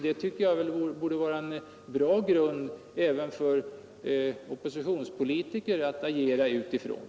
Det tycker jag borde vara en bra grund även för oppositionspolitiker att agera utifrån.